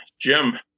Jim